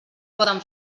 poden